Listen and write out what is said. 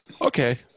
Okay